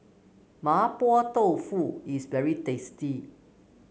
Mapo Tofu is very tasty